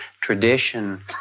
tradition